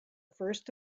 first